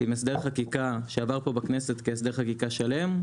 עם הסדר חקיקה שעבר פה בכנסת כהסדר חקיקה שלם,